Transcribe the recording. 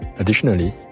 Additionally